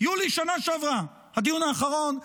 הדיון האחרון.